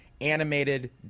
animated